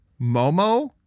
Momo